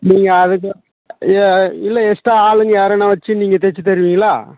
நீங்கள் அதுக்கு எ இல்லை எக்ஸ்ட்டா ஆளுங்க யாருன்னா வெச்சி நீங்கள் தைச்சி தருவீங்களா